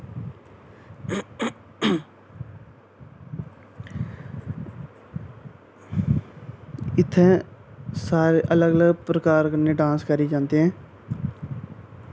इत्थैं सारे अलग अलग प्रकार कन्नै डांस करी जांदे ऐ